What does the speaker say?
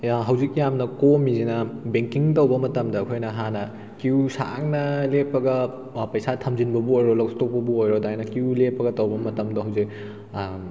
ꯍꯧꯖꯤꯛ ꯌꯥꯝꯅ ꯀꯣꯝꯂꯤꯁꯤꯅ ꯕꯦꯡꯀꯤꯡ ꯇꯧꯕ ꯃꯇꯝꯗ ꯑꯩꯈꯣꯏꯅ ꯍꯥꯟꯅ ꯀ꯭ꯌꯨ ꯁꯥꯡꯅ ꯂꯦꯞꯄꯒ ꯄꯩꯁꯥ ꯊꯝꯖꯤꯟꯕꯕꯨ ꯑꯣꯏꯔꯣ ꯂꯧꯊꯣꯛꯄꯕꯨ ꯑꯣꯏꯔꯣ ꯑꯗꯨꯃꯥꯏꯅ ꯀ꯭ꯌꯨ ꯂꯦꯞꯄꯒ ꯇꯧꯕ ꯃꯇꯝꯗꯣ ꯍꯧꯖꯤꯛ